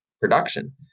production